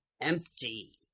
empty